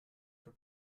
für